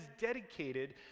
dedicated